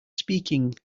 speaking